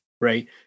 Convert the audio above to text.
Right